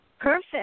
Perfect